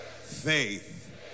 faith